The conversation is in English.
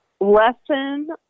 lesson